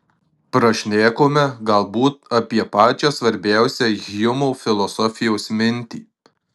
prašnekome galbūt apie pačią svarbiausią hjumo filosofijos mintį